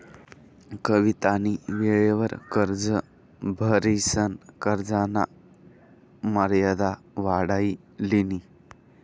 कवितानी वेळवर कर्ज भरिसन कर्जना मर्यादा वाढाई लिनी